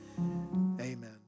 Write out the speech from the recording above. Amen